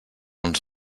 ens